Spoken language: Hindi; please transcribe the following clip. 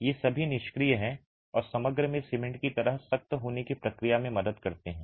ये सभी निष्क्रिय हैं और समग्र में सीमेंट की तरह सख्त होने की प्रक्रिया में मदद करते हैं